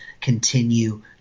continue